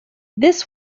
this